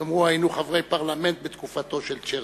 תאמרו: היינו חברי הפרלמנט בתקופתו של צ'רצ'יל.